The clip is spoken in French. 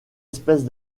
espèces